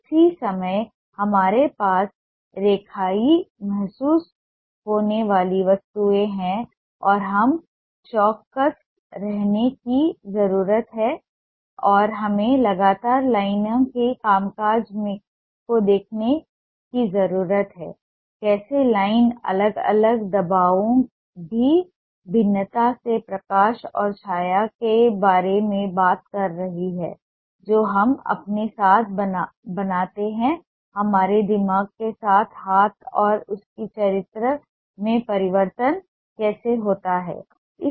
उसी समय हमारे पास रेखीय महसूस होने वाली वस्तुएं हैं और हमें चौकस रहने की जरूरत है और हमें लगातार लाइन के कामकाज को देखने की जरूरत है कैसे लाइन अलग अलग दबावों की भिन्नता से प्रकाश और छाया के बारे में बात कर रही है जो हम अपने साथ बनाते हैं हमारे दिमाग के साथ हाथ और उसके चरित्र में परिवर्तन कैसे होता है